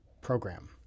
program